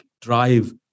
drive